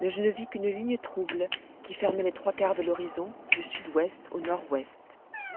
mais je ne vis qu'une ligne trouble qui fermait les trois quarts de l'horizon du sud-ouest au nord-ouest